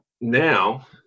now